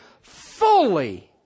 fully